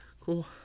cool